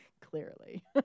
Clearly